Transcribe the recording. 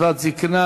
זיקנה),